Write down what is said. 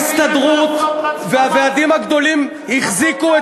ההסתדרות והוועדים הגדולים החזיקו,